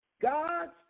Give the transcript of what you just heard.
God's